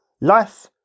Life